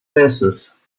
basis